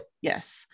Yes